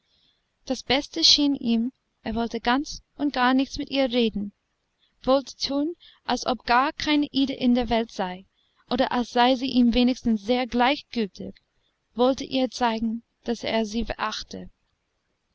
das beste schien ihm er wollte ganz und gar nichts mit ihr reden wollte tun als ob gar keine ida in der welt sei oder als sei sie ihm wenigstens sehr gleichgültig wollte ihr zeigen daß er sie verachte